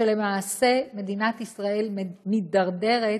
שלמעשה מדינת ישראל מידרדרת